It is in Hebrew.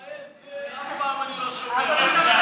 רויטל, תשאלי את אחמד מה הוא מתכוון להשאיר לנו.